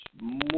more